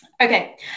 okay